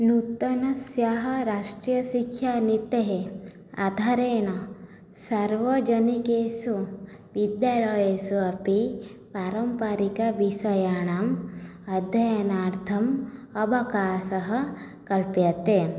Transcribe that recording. नूतनायाः राष्ट्रियशिक्षानीतेः आधारेण सार्वजनिकेषु विद्यालयेषु अपि पारम्पारिकविषयाणाम् अध्ययनार्थम् अवकाशः कल्प्यते